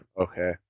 Okay